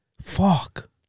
Fuck